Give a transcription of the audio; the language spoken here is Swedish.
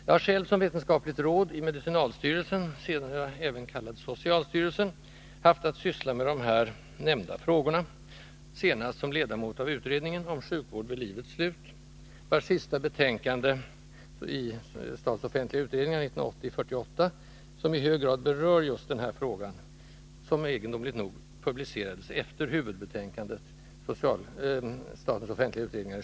Jag har själv som vetenskapligt råd i medicinalstyrelsen — senare även kallad socialstyrelsen — haft att syssla med de här nämnda frågorna, senast också som ledamot av utredningen om sjukvård vid livets slut, vars sista betänkande , som i hög grad berör just den här frågan, egendomligt nog publicerades efter huvudbetänkandet .